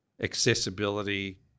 accessibility